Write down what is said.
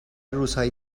روزهای